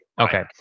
Okay